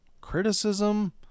Criticism